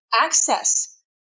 access